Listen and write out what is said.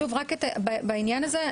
שוב רק בעניין הזה,